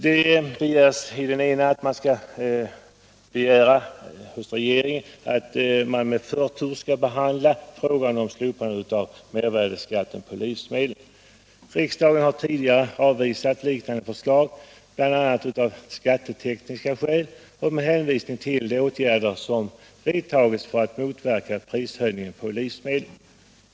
I en av motionerna föreslås dessutom att man hos regeringen skall begära att frågan om slopande av mervärdeskatten på livsmedel behandlas med förtur. Riksdagen har tidigare avvisat liknande förslag, bl.a. av skattetekniska skäl och med hänsyn till de åtgärder som vidtagits för att motverka prishöjningen på livsmedel.